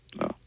No